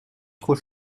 trop